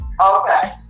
Okay